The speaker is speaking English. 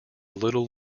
little